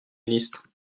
ministre